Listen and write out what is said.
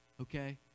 okay